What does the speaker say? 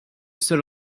seul